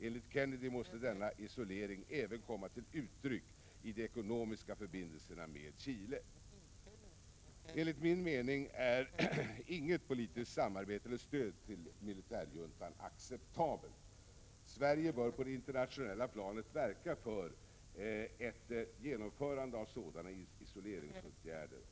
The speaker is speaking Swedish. Enligt Kennedy måste denna isolering även komma till uttryck i de ekonomiska förbindelserna med Chile. Enligt min mening är inget politiskt samarbete eller stöd till militärjuntan acceptabelt. Sverige bör på det internationella planet verka för ett genomförande av isoleringsåtgärder.